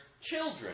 children